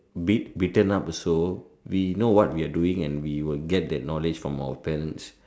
beat beaten up also we know what we are doing and we will get that knowledge from our parents